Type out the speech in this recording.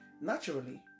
Naturally